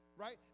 Right